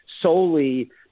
solely